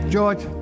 George